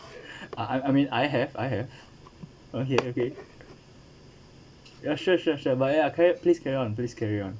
I I mean I have I have okay okay ya sure sure sure but ya correct please carry on please carry on